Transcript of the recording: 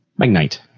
Magnite